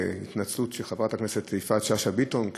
התנצלות של חברת הכנסת יפעת שאשא ביטון,